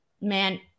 man